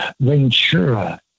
Ventura